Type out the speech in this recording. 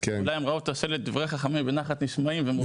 אולי הם ראו את השלט - ׳דברי חכמים בנחת נשמעים׳,